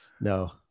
no